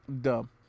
Dumb